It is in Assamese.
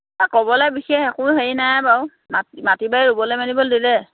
ক'বলৈ বিশেষ একো হেৰি নাই বাৰু মাটি বাৰী ৰুবলৈ মেলিবলৈ দিলে